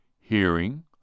hearing